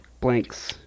blanks